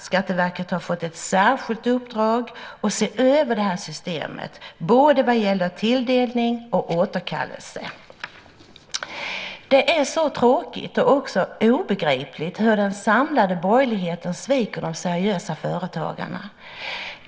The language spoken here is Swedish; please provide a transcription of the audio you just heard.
Skatteverket har fått ett särskilt uppdrag att se över systemet både vad gäller tilldelning och vad gäller återkallelse. Det är så tråkigt och också obegripligt att den samlade borgerligheten sviker de seriösa företagarna.